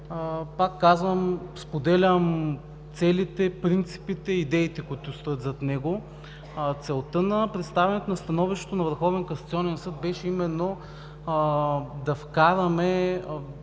Пак казвам, споделям целите, принципите и идеите, които стоят зад него. Целта на представянето на становището на Върховния касационен